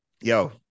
yo